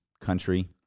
country